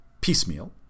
piecemeal